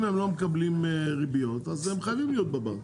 אם הם לא מקבלים ריביות, אז הם חייבים להיות בבנק.